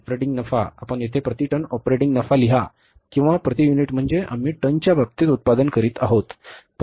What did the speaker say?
operating नफा आपण येथे प्रति टन ऑपरेटिंग नफा लिहा किंवा प्रति युनिट म्हणजे आम्ही टनच्या बाबतीत उत्पादन करीत आहोत